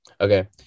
okay